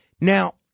Now